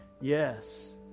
Yes